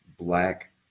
black